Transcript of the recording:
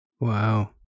Wow